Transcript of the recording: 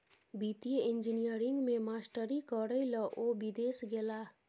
वित्तीय इंजीनियरिंग मे मास्टरी करय लए ओ विदेश गेलाह